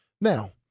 Now